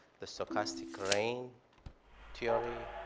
the stochastic rain theory,